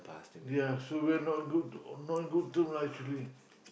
ya so we're not good not good term now actually